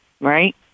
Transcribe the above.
Right